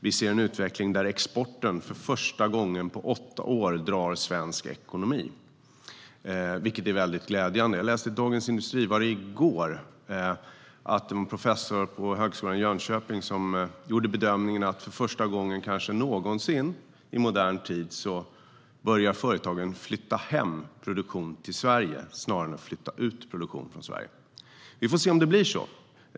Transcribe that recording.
Vi ser en utveckling där exporten för första gången på åtta år drar svensk ekonomi, vilket är väldigt glädjande. Jag läste i Dagens Industri, jag tror att det var i går, att en professor på högskolan i Jönköping gjorde bedömningen att för första gången kanske någonsin i modern tid börjar företagen flytta hem produktion till Sverige snarare än att flytta ut produktion från Sverige. Vi får se om det blir så.